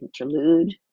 interlude